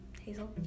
Hazel